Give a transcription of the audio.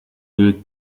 müll